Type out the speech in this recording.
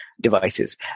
devices